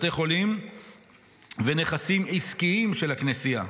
בתי חולים ונכסים עסקיים של הכנסייה.